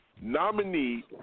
nominee